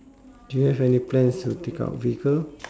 do you have any plans to take up a vehicle